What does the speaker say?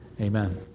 Amen